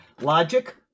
Logic